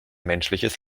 menschliches